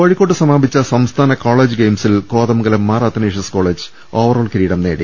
കോഴിക്കോട്ട് സമാപിച്ച സംസ്ഥാന കോളേജ് ഗെയിം സിൽ Kothamangalam Mar Athanasius college overall ്കിരീടം നേടി